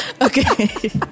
Okay